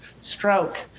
stroke